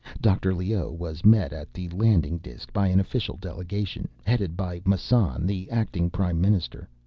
dr. leoh was met at the landing disk by an official delegation, headed by massan, the acting prime minister.